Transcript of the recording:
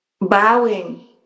Bowing